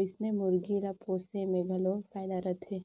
ओइसने मुरगी ल पोसे में घलो फायदा रथे